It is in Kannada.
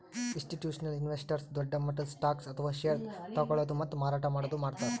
ಇಸ್ಟಿಟ್ಯೂಷನಲ್ ಇನ್ವೆಸ್ಟರ್ಸ್ ದೊಡ್ಡ್ ಮಟ್ಟದ್ ಸ್ಟಾಕ್ಸ್ ಅಥವಾ ಷೇರ್ ತಗೋಳದು ಮತ್ತ್ ಮಾರಾಟ್ ಮಾಡದು ಮಾಡ್ತಾರ್